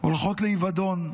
הולכות לאבדון,